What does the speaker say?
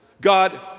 God